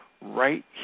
right